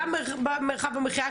גם מרחב המחיה,